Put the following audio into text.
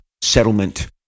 settlement